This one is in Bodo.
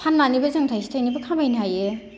फाननानैबो जों थाइसे थाइनैबो खामायनो हायो